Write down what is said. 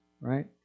Right